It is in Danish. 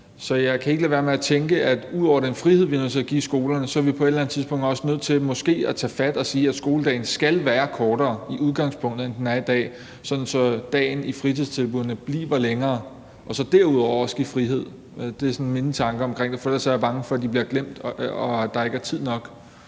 Så jeg kan ikke lade være med at tænke, at ud over den frihed, vi er nødt til give skolerne, er vi på et eller andet tidspunkt også nødt til måske at tage fat og sige, at skoledagen i udgangspunktet skal være kortere, end den er i dag, sådan at dagen i fritidstilbuddene bliver længere. Og så derudover også give frihed. Det er sådan mine tanker om det, for ellers er jeg bange for, at de bliver glemt, og at der ikke er tid nok.